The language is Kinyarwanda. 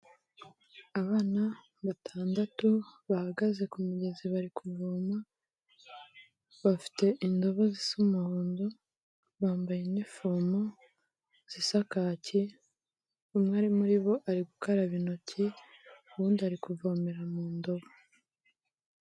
Abana batandatu bahagaze ku migezi bari kuvoma, bafite indobo zisa umuhondo bambaye inifomo zisa kake, umwe ari muri bo ari gukaraba intoki, uwundi ari kuvomera mu ndobo.